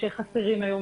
שחסרים היום,